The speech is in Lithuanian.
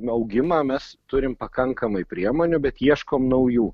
augimą mes turim pakankamai priemonių bet ieškom naujų